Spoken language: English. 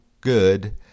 good